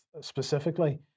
specifically